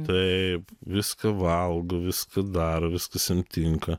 taip viską valgo viską daro viskas jam tinka